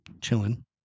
chilling